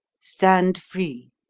stand free,